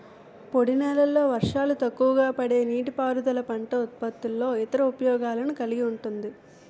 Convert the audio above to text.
పొడినేలల్లో వర్షాలు తక్కువపడే నీటిపారుదల పంట ఉత్పత్తుల్లో ఇతర ఉపయోగాలను కలిగి ఉంటుంది